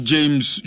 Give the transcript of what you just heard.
James